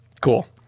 cool